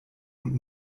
und